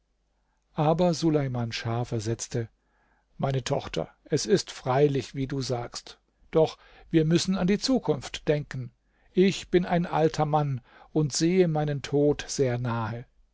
aber suleiman schah versetzte meine tochter es ist freilich wie du sagst doch wir müssen an die zukunft denken ich bin ein alter mann und sehe meinen tod sehr nahe